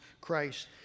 Christ